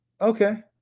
okay